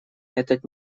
этот